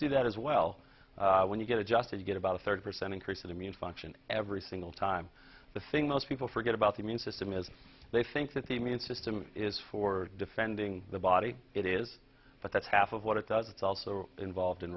do that as well when you get adjusted you get about a thirty percent increase in immune function every single time the thing most people forget about the mean system is they think that the mean system is for defending the body it is but that's half of what it does it's also involved in